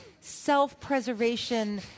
self-preservation